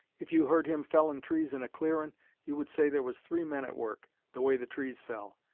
if you heard him fellin' trees in a clearin' you would say there was three men at work, the way the trees fell.